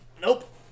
Nope